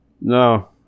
no